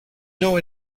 know